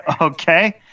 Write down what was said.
Okay